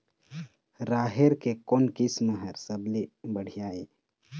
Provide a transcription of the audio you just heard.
राहेर के कोन किस्म हर सबले बढ़िया ये?